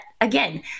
again